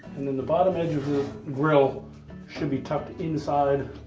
and then the bottom edge of the grill should be tucked inside